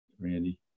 Randy